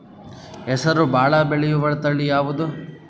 ಹೆಸರು ಭಾಳ ಬೆಳೆಯುವತಳಿ ಯಾವದು?